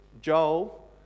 Joel